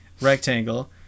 rectangle